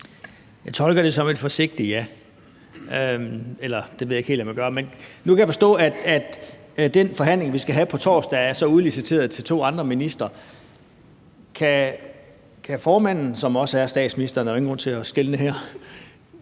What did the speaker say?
jeg ikke helt om jeg gør. Nu kan jeg forstå, at den forhandling, vi skal have på torsdag, så er udliciteret til to andre ministre. Kan formanden, som også er statsminister, der er jo ingen grund til at skelne her,